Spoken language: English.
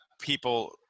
people